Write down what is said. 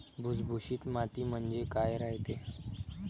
भुसभुशीत माती म्हणजे काय रायते?